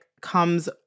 comes